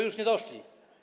Już nie doszli.